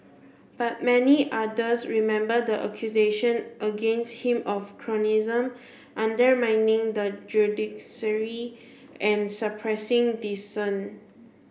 but many others remember the accusations against him of cronyism undermining the judiciary and suppressing dissent